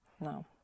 No